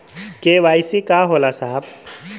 KYC का होला साहब?